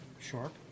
sharp